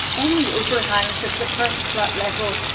on the overhangs of the first flat level,